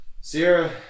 Sierra